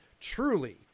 truly